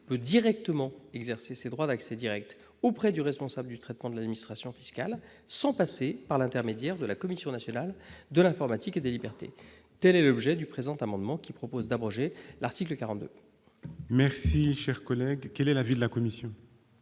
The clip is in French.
peut directement exercer ses droits d'accès direct auprès du responsable du traitement de l'administration fiscale, sans passer par l'intermédiaire de la Commission nationale de l'informatique et des libertés. Tel est l'objet du présent amendement, qui tend à abroger l'article 42 de la loi de 1978. Quel est l'avis de la commission ?